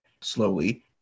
slowly